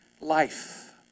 life